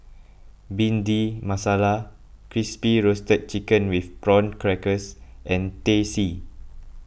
Bhindi Masala Crispy Roasted Chicken with Prawn Crackers and Teh C